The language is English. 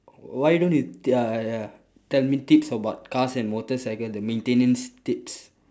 why don't you ya ya tell me tips about cars and motorcycles the maintenance tips